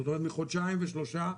זאת אומרת מחודשיים ושלושה,